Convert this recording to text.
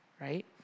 right